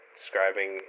Describing